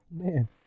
man